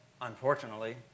unfortunately